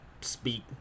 speak